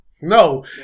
No